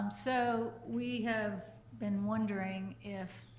um so we have been wondering if,